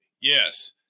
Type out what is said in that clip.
Yes